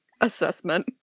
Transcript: assessment